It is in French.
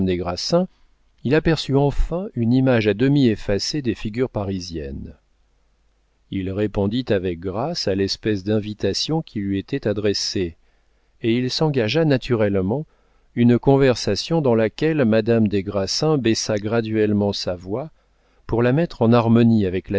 il aperçut enfin une image à demi effacée des figures parisiennes il répondit avec grâce à l'espèce d'invitation qui lui était adressée et il s'engagea naturellement une conversation dans laquelle madame des grassins baissa graduellement sa voix pour la mettre en harmonie avec